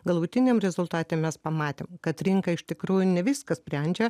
galutiniam rezultate mes pamatėm kad rinka iš tikrųjų ne viską sprendžia